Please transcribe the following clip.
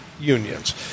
unions